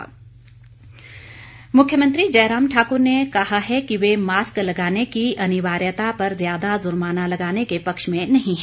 वक्तव्य कोरोना मुख्यमंत्री जयराम ठाकुर ने कहा हैं कि वे मास्क लगाने की अनिवार्यता पर ज़्यादा जुर्माना लगाने के पक्ष में नहीं हैं